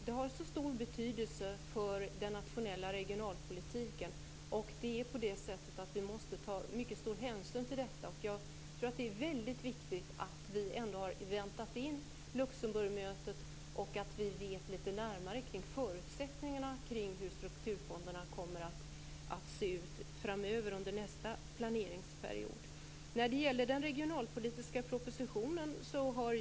Det har så stor betydelse för den nationella regionalpolitiken, och vi måste ta mycket stor hänsyn till detta. Det är väldigt viktigt att vi ändå har väntat in Luxemburgmötet och att vi vet litet mer om hur strukturfonderna kommer att se ut framöver, under nästa planeringsperiod.